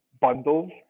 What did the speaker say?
bundles